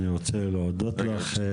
אני רוצה להודות לך.